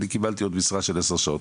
אני קיבלתי עוד משרה של עשר שעות,